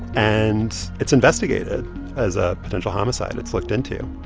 and it's investigated as a potential homicide. it's looked into.